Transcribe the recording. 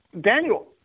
Daniel